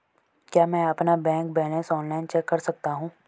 क्या मैं अपना बैंक बैलेंस ऑनलाइन चेक कर सकता हूँ?